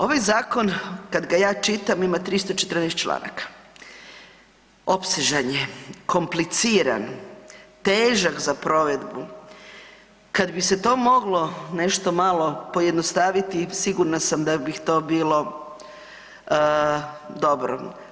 Ovaj zakon kada ga ja čitam ima 314.članaka, opsežan je, kompliciran, težak za provedbu, kada bi se to moglo nešto malo pojednostaviti sigurna sam da bi to bilo dobro.